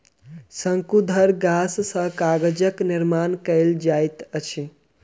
शंकुधर गाछ सॅ कागजक निर्माण कयल जाइत अछि